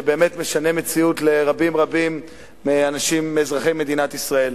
שבאמת משנה מציאות לרבים רבים מאזרחי מדינת ישראל.